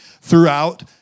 throughout